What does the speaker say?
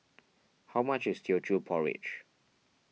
how much is Teochew Porridge